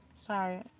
sorry